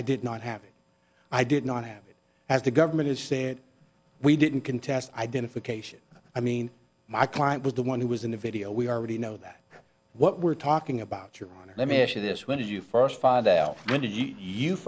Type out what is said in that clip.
i did not happen i did not have it as the government is saying that we didn't contest identification i mean my client was the one who was in the video we already know that what we're talking about your honor let me ask you this when did you first find out when did you